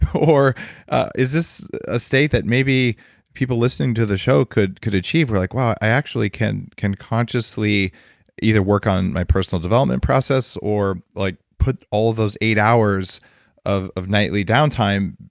or is this a state that maybe people listening to the show could could achieve, where like wow, i actually can can consciously either work on my personal development process, or like put all of those eight hours of of nightly downtime,